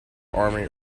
army